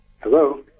Hello